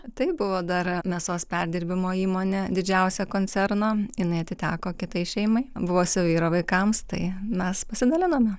taip buvo dar mėsos perdirbimo įmonė didžiausia koncerno jinai atiteko kitai šeimai buvusio vyro vaikams tai mes pasidalinome